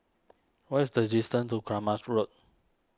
what is the distance to Kramat Road